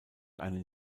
einen